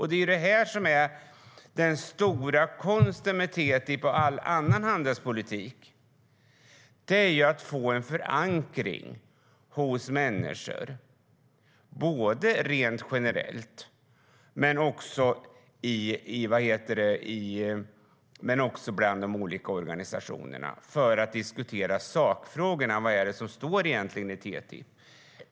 Det är det som är den stora konsten med TTIP och all annan handelspolitik, det vill säga att få en förankring hos människor såväl rent generellt som bland de olika organisationerna för att diskutera sakfrågorna och vad det egentligen står i TTIP.